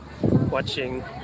watching